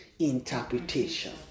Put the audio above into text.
interpretation